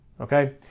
Okay